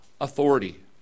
authority